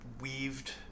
weaved